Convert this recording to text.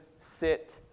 sit